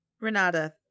Renata